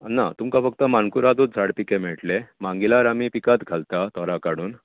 ना तुमकां फक्त मानकुरादूच झाड पिके मेळटले मांगिलार आमी पिकत घालतात तोरां काडून